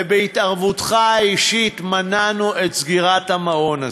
ובהתערבותך האישית מנענו את סגירת המעון הזה.